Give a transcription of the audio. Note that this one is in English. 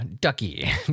Ducky